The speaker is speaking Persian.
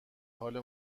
حال